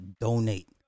donate